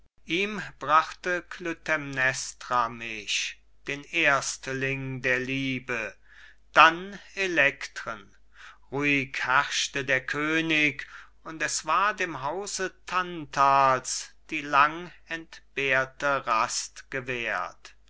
ihm brachte klytämnestra mich den erstling der liebe dann elektren ruhig herrschte der könig und es war dem hause tantals die lang entbehrte rast gewährt